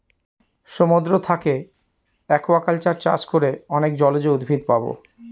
সমুদ্র থাকে একুয়াকালচার চাষ করে অনেক জলজ উদ্ভিদ পাবো